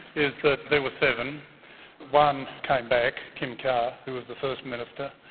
is that there were seven one came back, kim carr, who was the first minister.